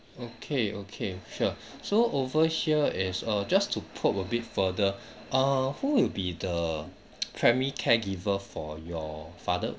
okay okay sure so over here is uh just to probe a bit further err who will be the primary caregiver for your father